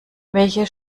welche